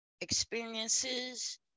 experiences